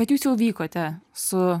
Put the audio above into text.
bet jūs jau vykote su